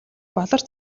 болор